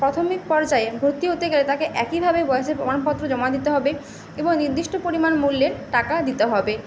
প্রাথমিক পর্যায়ে ভর্তি হতে গেলে তাকে একইভাবে বয়সের প্রমাণপত্র জমা দিতে হবে এবং নির্দিষ্ট পরিমাণ মূল্যের টাকা দিতে হবে